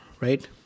right